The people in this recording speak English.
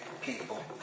people